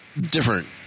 different